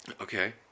Okay